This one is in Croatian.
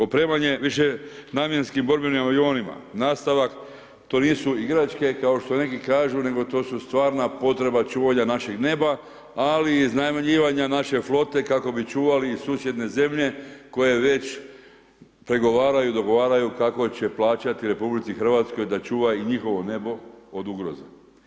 Opremanje višenamjenskim borbenim avionima, nastavak to nisu igračke kao što neki kažu nego to su stvarna potreba čuvanja našeg neba, ali i iznajmljivanja naše flote kako bi čuvali i susjedne zemlje koje već pregovaraju, dogovaraju, kako će plaćati RH da čuva i njihovo nebo od ugroza.